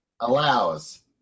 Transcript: allows